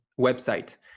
website